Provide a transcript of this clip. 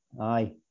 Aye